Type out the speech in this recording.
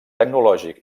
tecnològic